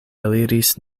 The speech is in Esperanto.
eliris